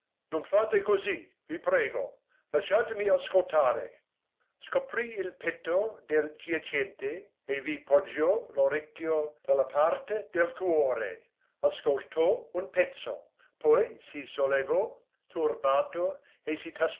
non fate così vi prego lasciatemi ascoltare scoprì il petto del giacente e vi poggiò l'orecchio dalla parte del cuore ascoltò un pezzo poi si sollevò turbato e si